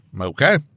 Okay